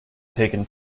taken